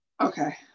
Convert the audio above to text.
Okay